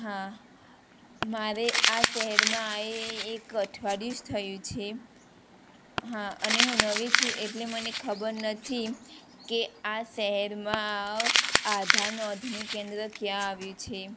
હા મારે આ શહેરમાં આવ્યે એક અઠવાડિયું જ થયું છે હા અને હું નવી છું એટલે મને ખબર નથી કે આ શહેરમાં આધાર નોંધણી કેન્દ્ર ક્યાં આવ્યું છે